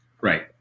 right